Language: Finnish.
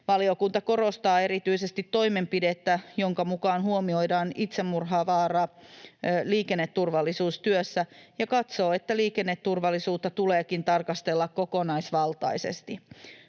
Valiokunta korostaa erityisesti toimenpidettä, jonka mukaan huomioidaan itsemurhavaara liikenneturvallisuustyössä, ja katsoo, että liikenneturvallisuutta tuleekin tarkastella kokonaisvaltaisesti.